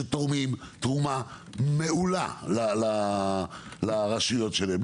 שתורמים תרומה מעולה לרשויות שלהם,